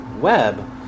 web